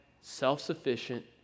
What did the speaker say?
self-sufficient